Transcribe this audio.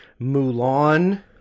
Mulan